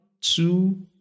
two